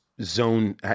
zone